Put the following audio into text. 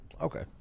Okay